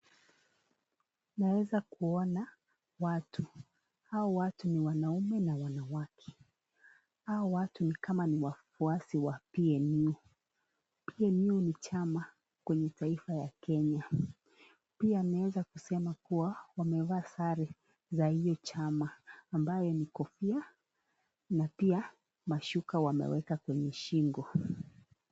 Naweza kuona watu. Hao watu ni wanaume na wanawake. Hao watu ni kama ni wafuasi wa PNU. PNU ni chama, kwenye taifa ya Kenya. Pia naweza kusema kuwa wameva sare za hiyo chama ambayo ni kofia na pia mashuka wameweka kwenye shingo.